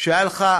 כשהיה לך,